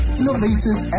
innovators